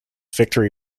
victory